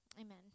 amen